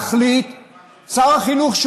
שר החינוך,